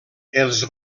els